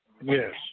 Yes